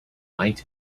might